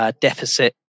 deficit